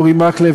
אורי מקלב,